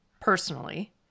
personally